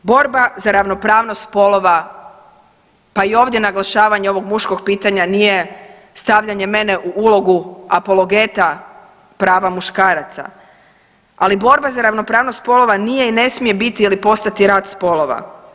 Borba za ravnopravnost spolova, pa i ovdje naglašavanje ovog muškog pitanja nije stavljanje mene u ulogu apologeta prava muškaraca, ali borba za ravnopravnost spolova nije i ne smije biti ili postati rat spolova.